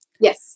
Yes